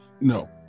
No